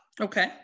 Okay